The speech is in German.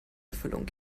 erfüllung